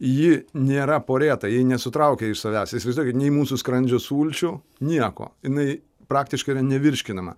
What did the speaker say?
ji nėra porėta ji nesutraukia iš savęs įsivaizduokit nei mūsų skrandžio sulčių nieko jinai praktiškai yra nevirškinama